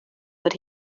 but